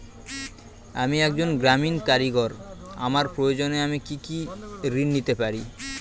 আমি একজন গ্রামীণ কারিগর আমার প্রয়োজনৃ আমি কি ঋণ পেতে পারি?